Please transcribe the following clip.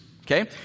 Okay